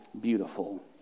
beautiful